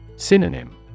Synonym